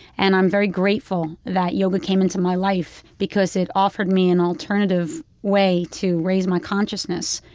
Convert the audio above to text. and i'm very grateful that yoga came into my life, because it offered me an alternative way to raise my consciousness